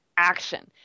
action